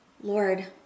Lord